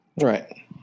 right